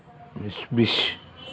Mitsubishi